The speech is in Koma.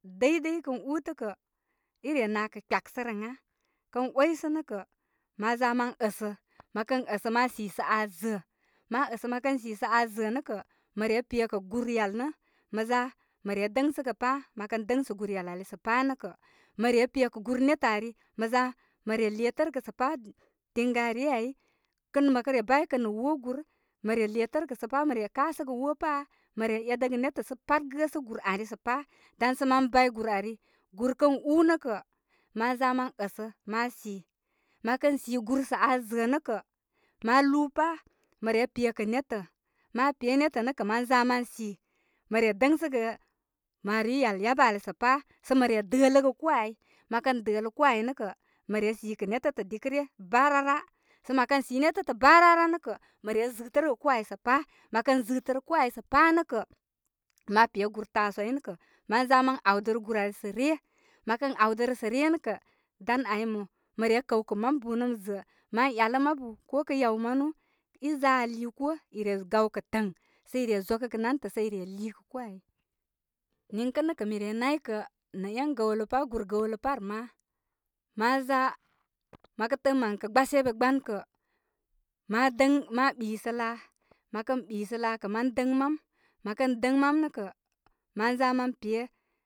Dəydəy i kən ūūtə' kə' i nakə kpyeksərəga. Kən oysə' nə'kə' mā za mən əsə. Məkən əsə ma sisə aa zə'ə'. Ma əsə mə kən sisə aa zə'ə' nə' kə' mə pekə gur yal nə' ma za mə re dəŋsə pa'. Məkən dəŋsə gur yal ali sə pa' nə' kə mə re pe kə' gur netə ari mə za mə re letərigə sə pa' tiŋgarii ai, kən mə kə re baykə nə' woo gūr mə re letərə gə sə pa. Mə re kasəgə woo pa'. Mə re edəgə netə' sə pat gəsə gūr ari sə pa'. dan sə mə bay gur ari. Gur kə ūū nə' kə' mə zamən əsə ma si. Mə kən si gur sə aa, zə'ə' nə' kə, ma lūū pa' mə re pe kə' netə. Ma pe netə nə kə mən za mən si. Mə re dəŋsagə marii yal yabə ali sə pa sə mə re dələ koo ai. Mə kən dələ koo ai nə kə, mə re sitəgə netətə dikə' barara. Sə mə kən si netətə bararara nə kə mə zɨtərəgə koo ai sə pa'. Mə kən zɨtərə koo aisə pa nə' kə', ma pe gur tasuwai nə' kə' mən za mə awdərə gurari sə ryə. Mə kə awdərə sə ryə nə kə' dan ai mo, mə re kəwkə' mam buunaturm zə'ə. Mə eyalə mabu, ko kə yaw manu, i za aa lii koo. i re gawkə' tən sə i re zokəgə nantə sə i re lii kə koo ai. Niŋkə nə kə' mi re naykə nə en ɓəwb pa, gur gəwlə par ma, maza mə kə tərə mən kə gbasebe gban kə, ma dəŋ ma ɓisə laa. Mə kən ɓisə laa kə' mən dəŋ mam mə kən dəŋ mam nə kə', mə za mən pe.